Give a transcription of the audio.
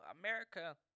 America